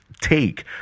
take